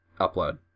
upload